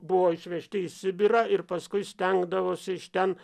buvo išvežti į sibirą ir paskui stengdavosi iš ten